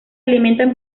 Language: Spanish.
alimenta